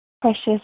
Precious